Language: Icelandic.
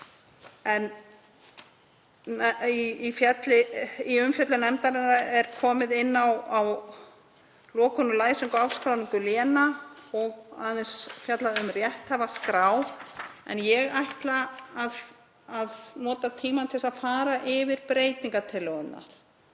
en í umfjöllun nefndarinnar er komið inn á lokun, læsingu og afskráningu léna og aðeins fjallað um rétthafaskrá. Ég ætla að nota tímann til að fara yfir breytingartillögurnar